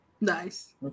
Nice